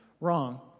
wrong